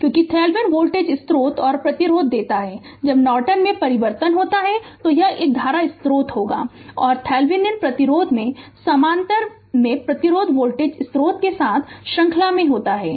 क्योंकि Thevenin voltage स्रोत और प्रतिरोध देता है जब नॉर्टन में परिवर्तित होता है तो यह एक धारा स्रोत होगा और थेवेनिन प्रतिरोध में समानांतर में प्रतिरोध वोल्टेज स्रोत के साथ श्रृंखला में होता है